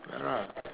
ya lah